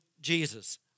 Jesus